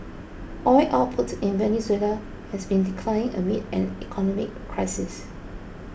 oil output in Venezuela has been declining amid an economic crisis